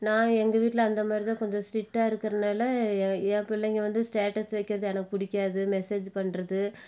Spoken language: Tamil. நான் எங்கள் வீட்டில் அந்த மாதிரி தான் கொஞ்சம் ஸ்ட்ரிக்டாக இருக்கிறனால என் என் பிள்ளைங்க வந்து ஸ்டேட்டஸ் வைக்கிறது எனக்கு பிடிக்காது மெசேஜ் பண்ணுறது